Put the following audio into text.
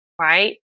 right